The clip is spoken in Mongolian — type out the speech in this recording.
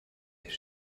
тэр